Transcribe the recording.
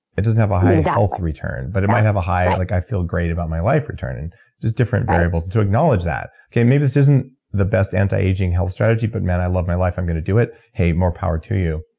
it doesn't have a high health return, but it might have a high like i feel great about my life return. and just different variables to acknowledge that. okay. maybe this isn't the best anti-aging health strategy, but man, i love my life. i'm going to do it. hey, more power to you.